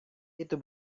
itu